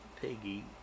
Piggy